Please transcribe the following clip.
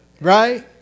Right